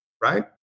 right